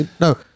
no